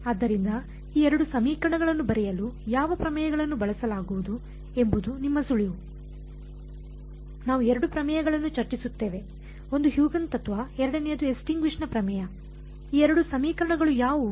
ಆದ್ದರಿಂದ ಈ 2 ಸಮೀಕರಣಗಳನ್ನು ಬರೆಯಲು ಯಾವ ಪ್ರಮೇಯಗಳನ್ನು ಬಳಸಲಾಗುವುದು ಎಂಬುದು ನಿಮ್ಮ ಸುಳಿವು ನಾವು 2 ಪ್ರಮೇಯಗಳನ್ನು ಚರ್ಚಿಸುತ್ತೇವೆ ಒಂದು ಹ್ಯೂಗೆನ್ ತತ್ವ Huygen's principle ಎರಡನೆಯದು ಇಕ್ಸ್ಟಿಂಗಶನ ನ ಪ್ರಮೇಯ ಈ 2 ಸಮೀಕರಣಗಳು ಯಾವುವು